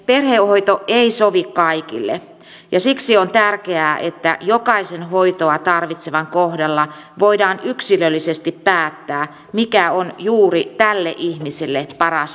perhehoito ei sovi kaikille ja siksi on tärkeää että jokaisen hoitoa tarvitsevan kohdalla voidaan yksilöllisesti päättää mikä on juuri tälle ihmiselle paras vaihtoehto